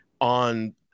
on